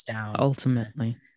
Ultimately